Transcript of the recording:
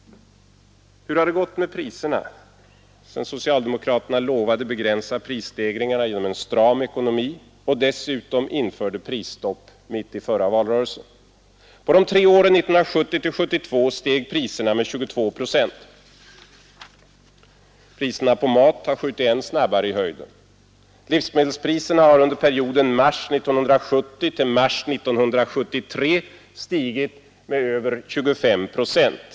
Hur har det gått med priserna sedan socialdemokraterna lovade begränsa prisstegringarna med stram ekonomi och dessutom införde prisstopp mitt i förra valrörelsen? På de tre åren 1970-1972 steg priserna med 22 procent. Priserna på mat har skjutit än snabbare i höjden. Livsmedelspriserna har under perioden mars 1970 — mars 1973 stigit med över 25 procent.